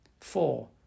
Four